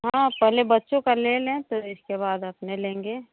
हाँ पहले बच्चों का ले लें तो इसके बाद अपने लेंगे